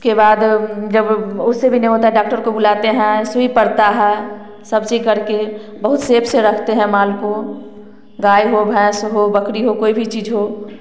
उसके बाद जब उससे भी नहीं होता है डॉक्टर को बुलाते हैं सुई पड़ता है सब चीज करके बहुत सेफ से रखते है माल को गाय हो भैंस हो बकरी हो कोई भी चीज हो